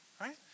right